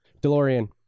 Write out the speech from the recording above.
DeLorean